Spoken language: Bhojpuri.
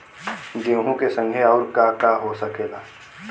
गेहूँ के संगे आऊर का का हो सकेला?